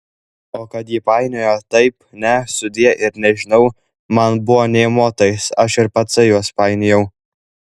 o kad ji painiojo taip ne sudie ir nežinau man buvo nė motais aš ir patsai juos painiojau